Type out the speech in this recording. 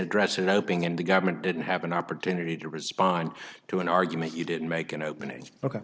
address an opening and the government didn't have an opportunity to respond to an argument you didn't make an opening ok